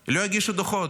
פשוט לא יגישו דוחות.